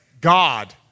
God